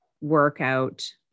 workout